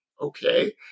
Okay